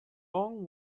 long